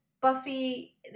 Buffy